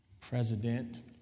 president